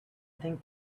think